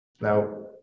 Now